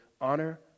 honor